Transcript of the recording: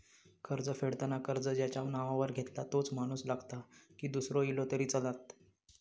कर्ज फेडताना कर्ज ज्याच्या नावावर घेतला तोच माणूस लागता की दूसरो इलो तरी चलात?